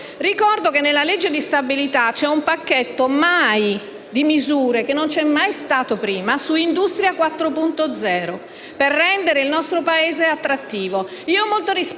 Ricordo che nella legge di stabilità è contenuto un pacchetto di misure, che non vi è mai stato prima (Industria 4.0), per rendere il nostro Paese attrattivo.